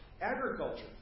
agriculture